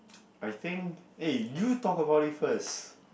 I think eh you talk about it first